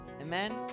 Amen